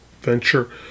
venture